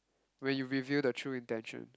when you reveal the true intention